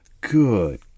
good